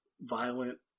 violent